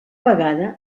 vegada